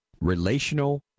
relational